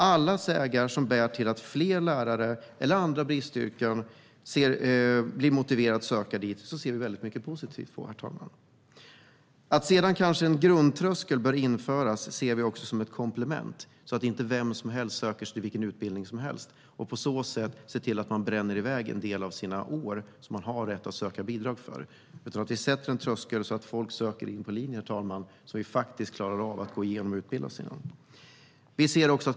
Alla vägar som bär till att fler blir motiverade att söka till lärare eller andra bristyrken ser vi positivt på. Som ett komplement bör det dock införas en grundtröskel så att inte vem som helst söker sig till vilken utbildning som helst och därigenom bränner en del av de år de har rätt att söka bidrag för. Låt oss sätta en tröskel så att folk söker in på utbildningar som de klarar av att gå igenom.